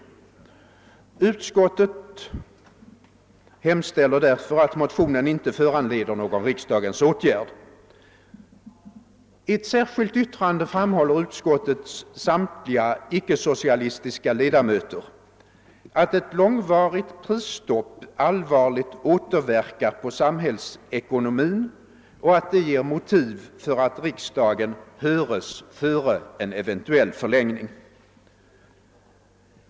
Utskottet hemställer därför att motionen inte föranleder någon riksdagens åtgärd. I ett särskilt yttrande framhåller utskottets samtliga icke-socialistiska 1edamöter att ett långvarigt prisstopp allvarligt återverkar på samhällsekonomin och att detta ger motiv för att riksdagen hörs före en eventuell förlängning.